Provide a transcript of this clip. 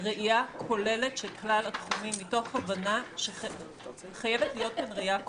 ראייה כוללת של כלל התחומים מתוך הבנה שחייבת להיות כאן ראייה כוללת.